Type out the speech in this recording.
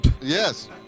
Yes